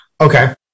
Okay